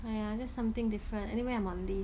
!aiya! just something different anyway I'm on leave